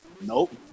Nope